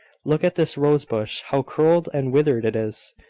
look at this rose-bush, how curled and withered it is!